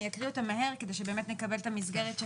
אני אקריא אותן מהר כדי שבאמת נקבל את המסגרת של